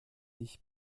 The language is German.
ich